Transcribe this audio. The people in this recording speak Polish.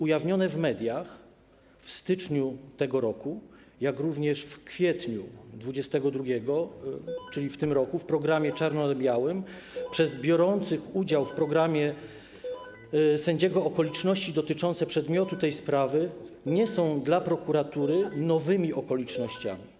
Ujawnione w mediach w styczniu tego roku, jak również w kwietniu 2022 r. czyli w tym roku, w programie ˝Czarno na białym˝ przez biorącego udział w programie sędziego okoliczności dotyczące przedmiotu tej sprawy nie są dla prokuratury nowymi okolicznościami.